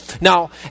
Now